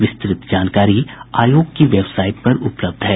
विस्तृत जानकारी आयोग की वेबसाईट पर उपलब्ध है